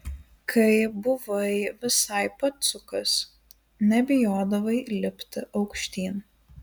kai buvai visai pacukas nebijodavai lipti aukštyn